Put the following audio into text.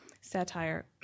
satire